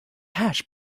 hatch